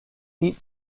eat